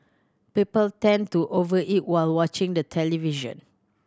people tend to over eat while watching the television